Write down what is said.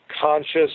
conscious